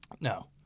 No